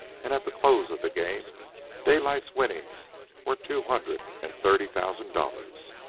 and at the close of the game daylight's winnings were two hundred and thirty thousand dollars.